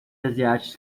asiáticas